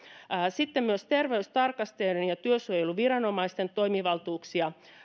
sitten myös terveystarkastajien ja työsuojeluviranomaisten toimivaltuuksia